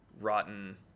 rotten